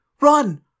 Run